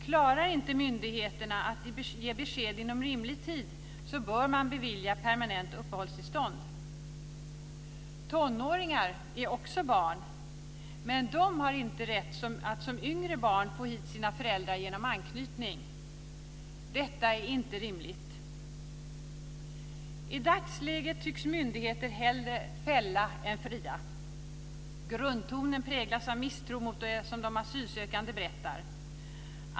Klarar inte myndigheterna att ge besked inom rimlig tid bör man bevilja permanent uppehållstillstånd. Tonåringar är också barn, men de har inte som yngre barn rätt att få hit sina föräldrar genom anknytning. Detta är inte rimligt. I dagsläget tycks myndigheter hellre fälla än fria. Grundtonen präglas av misstro mot det som de asylsökande berättar.